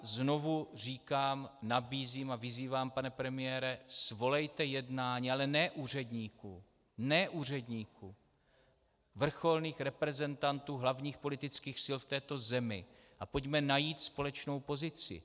Znovu říkám, nabízím a vyzývám, pane premiére, svolejte jednání, ale ne úředníků, ne úředníků, vrcholných reprezentantů hlavních politických sil v této zemi a pojďme najít společnou pozici.